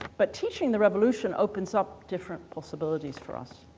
but teaching the revolution opens up different possibilities for us.